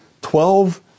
twelve